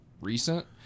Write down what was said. recent